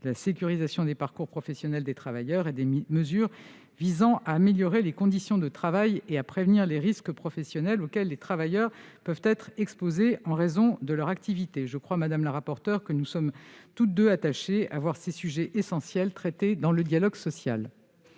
la sécurisation des parcours professionnels des travailleurs et des mesures visant à améliorer les conditions de travail et à prévenir les risques professionnels, auxquels les travailleurs peuvent être exposés en raison de leur activité. Je crois, madame la rapporteure, que nous sommes toutes deux attachées à ce que ces sujets essentiels soient traités dans le dialogue social.